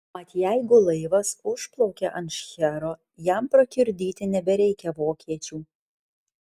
mat jeigu laivas užplaukia ant šchero jam prakiurdyti nebereikia vokiečių